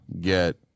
get